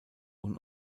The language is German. und